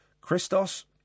Christos